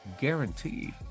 Guaranteed